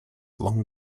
long